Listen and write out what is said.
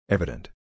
Evident